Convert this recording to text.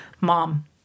mom